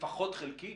לפחות חלקי,